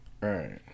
Right